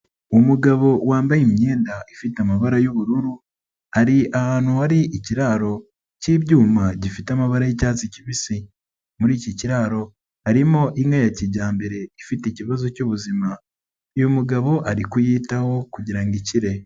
Umugabo wambaye imyenda ifite amabara y'ubururu ari ahantu hari ikiraro cy'ibyuma gifite amabara y'icyatsi kibisi, muri iki kiraro harimo inka ya kijyambere ifite ikibazo cy'ubuzima, uyu mugabo ari kuyitaho kugira ngo ikire.